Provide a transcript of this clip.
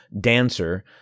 dancer